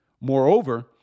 Moreover